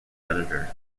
editor